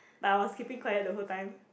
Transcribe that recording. but I was keeping quiet the whole time